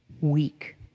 weak